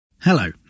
Hello